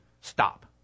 Stop